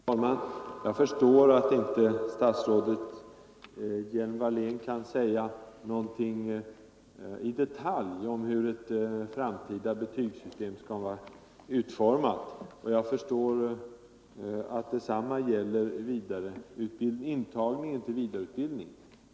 Herr talman! Jag förstår att inte statsrådet Hjelm-Wallén kan säga någonting i detalj om hur ett framtida betygssystem skall vara utformat. Jag förstår att detsamma gäller intagningen till vidareutbildning.